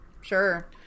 Sure